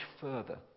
further